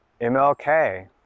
MLK